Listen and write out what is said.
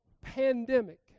pandemic